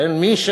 וגם